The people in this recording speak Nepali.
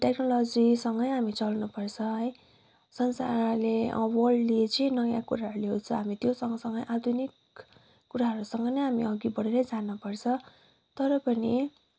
टेक्नोलोजीसँगै हामी चल्नुपर्छ है संसारले वर्ल्डले जे नयाँ कुराहरू ल्याउँछ हामी त्यो सँगसँगै आधुनिक कुराहरूसँग नै हामी अघि बढेरै जानुपर्छ तर पनि